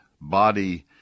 body